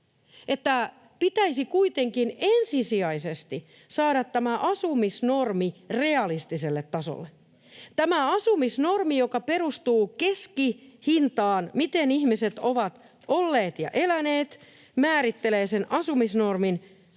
pitäisi kuitenkin ensisijaisesti saada tämä asumisnormi realistiselle tasolle. Tämä asumisnormi, joka perustuu keskihintaan, miten ihmiset ovat olleet ja eläneet, määrittelee sen asumisnormin